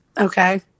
Okay